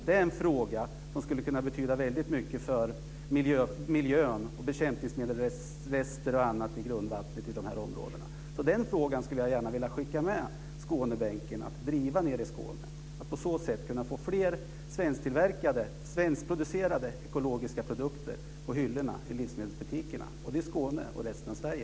Det är en fråga som betyder väldigt mycket för miljön, när det gäller bekämpningsmedelsrester och annat i grundvattnet i dessa områden. Den frågan skulle jag gärna vilja skicka med ledamöterna på Skånebänken att driva nere i Skåne, och på så sätt få fler svensktillverkade ekologiska produkter på hyllorna i livsmedelsbutikerna både i Skåne och i resten av Sverige.